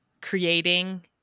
creating